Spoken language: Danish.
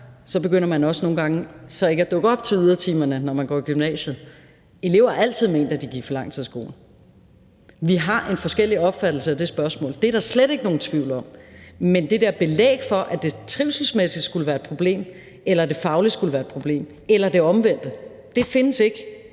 nogle gange så også begynder ikke at dukke op til ydertimerne, når man går i gymnasiet. Elever har altid ment, at de gik for lang tid i skole. Vi har en forskellig opfattelse af det spørgsmål – det er der slet ikke nogen tvivl om – men det der belæg for, at det trivselsmæssigt skulle være et problem, eller at det fagligt skulle være et problem eller det omvendte, findes ikke